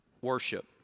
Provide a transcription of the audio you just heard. worship